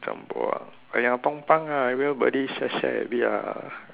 Jumbo !aiya! tumpang ah everybody share share a bit ah